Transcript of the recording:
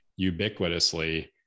ubiquitously